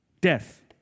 death